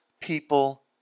people